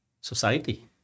society